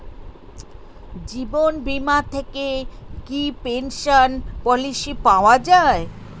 জীবন বীমা থেকে কি পেনশন পলিসি পাওয়া যায়?